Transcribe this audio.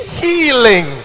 healing